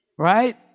Right